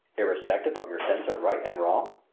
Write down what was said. irrespective of your sense of right and wrong?